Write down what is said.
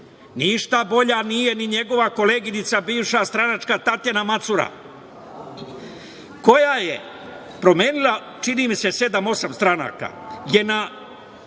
bolja nije ni njegova koleginica bivša stranačka Tatjana Macura, koja je promenila, čini mi se, sedam, osam stranaka. Ona